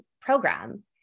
program